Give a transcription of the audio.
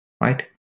Right